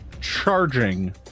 charging